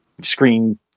screen